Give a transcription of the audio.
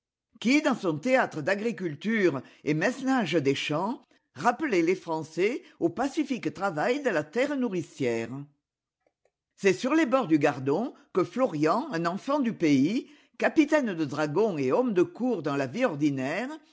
qui dans son théâtre d'agriculture et mesnage des champs rappelait les français au pacifique travail de la terre nourricière c'est sur les bords du gardon que florian un enfant du pays capitaine de dragons et homme de cour dans la vie ordinaire